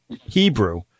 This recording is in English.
Hebrew